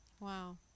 Wow